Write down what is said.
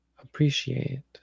appreciate